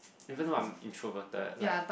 even though I'm introverted like